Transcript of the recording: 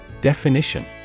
Definition